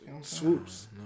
Swoops